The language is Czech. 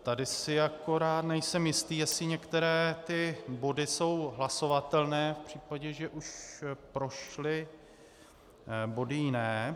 Tady si akorát nejsem jistý, jestli některé ty body jsou hlasovatelné v případě, že už prošly body jiné.